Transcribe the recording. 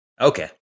Okay